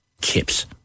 kips